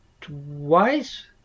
twice